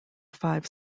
five